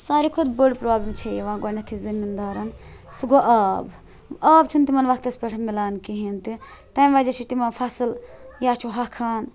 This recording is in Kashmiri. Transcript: ساروی کھۄتہٕ بٔڑ پرٛابلم چھ یِوان گۄڈنیتھٕے زٔمیٖندارَن سُہ گوٚو آب آب چھُنہٕ تِمن وقتس پٮ۪ٹھ مِلان کِہیٖنۍ تہِ تَمہِ وَجہ چھُ تِمن فَصٕل یا چھِ ہۄکھان